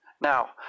Now